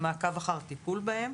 למעקב אחר טיפול בהם